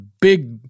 big